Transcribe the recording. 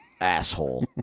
asshole